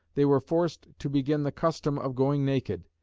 they were forced to begin the custom of going naked,